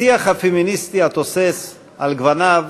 השיח הפמיניסטי התוסס על גווניו,